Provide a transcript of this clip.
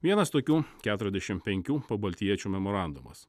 vienas tokių keturiasdešim penkių pabaltijiečių memorandumas